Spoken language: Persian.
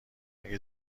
اگه